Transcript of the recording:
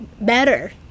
Better